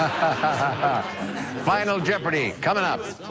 um ah final jeopardy, coming up